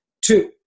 Two